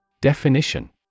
Definition